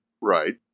Right